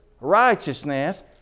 righteousness